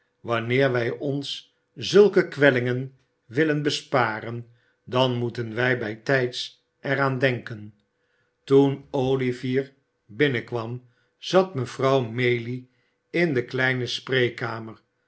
wanneer wij ons zulke kwellingen willen besparen dan moeten wij bijtijds er aan denken toen olivier binnenkwam zat mevrouw maylie in de kleine spreekkamer